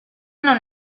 non